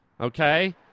Okay